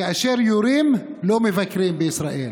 כאשר יורים לא מבקרים בישראל,